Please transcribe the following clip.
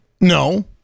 No